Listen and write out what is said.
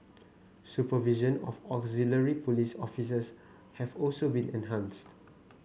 supervision of auxiliary police officers have also been enhanced